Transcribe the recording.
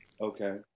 Okay